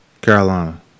Carolina